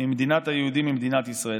ממדינת היהודים, ממדינת ישראל.